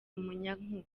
umuyagankuba